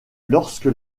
lorsque